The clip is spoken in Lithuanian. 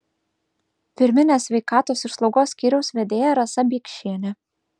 pirminės sveikatos ir slaugos skyriaus vedėja rasa biekšienė